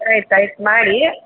ಆಯ್ತು ಆಯ್ತು ಮಾಡಿ